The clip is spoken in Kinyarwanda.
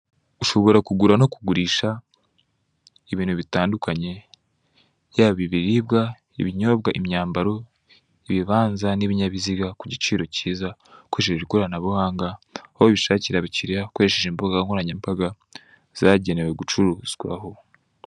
Ushobora kugura no kugurisha ibintu bitandukanye, yaba ibiribwa, ibinyobwa, imyambaro, ibibanza n'ibinyabiziga, ku giciro cyiza, ukoresheje ikoranabuhanga. Aho wabishakira abakiriya ukoresheje imbuga nkoranyambaga zagenewe gucururizwaho.